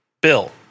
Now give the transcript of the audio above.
Bill